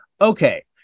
Okay